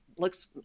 looks